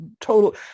total